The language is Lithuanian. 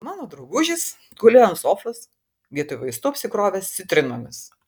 mano draugužis gulėjo ant sofos vietoj vaistų apsikrovęs citrinomis